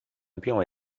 并未